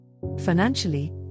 Financially